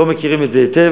לא מכירים את זה היטב,